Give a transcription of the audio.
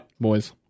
Boys